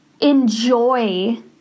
enjoy